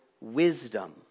wisdom